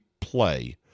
play